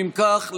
אם כך,